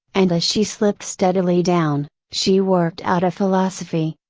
and as she slipped steadily down, she worked out a philosophy,